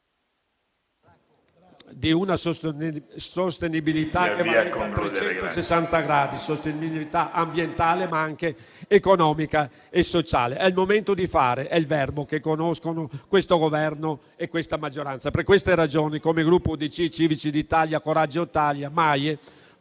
…in una sostenibilità ambientale a 360 gradi, ma anche economica e sociale. È il momento di fare, che è il verbo che conoscono questo Governo e questa maggioranza. Per queste ragioni, come Gruppo UDC-Civici d'Italia-Coraggio Italia-MAIE,